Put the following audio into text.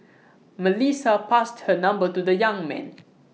Melissa passed her number to the young man